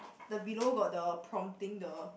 the below got the prompting the